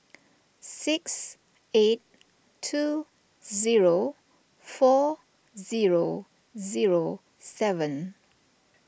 six eight two zero four zero zero seven